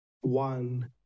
one